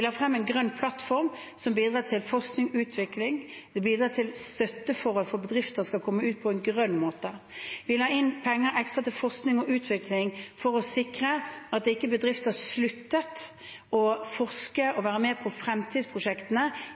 la frem en grønn plattform som bidrar til forskning og utvikling, og som bidrar til støtte for at bedrifter skal komme ut på en grønn måte. Vi la inn ekstra penger til forskning og utvikling for å sikre at ikke bedrifter sluttet å forske og være med på